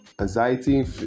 anxiety